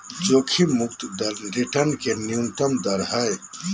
जोखिम मुक्त दर रिटर्न के न्यूनतम दर हइ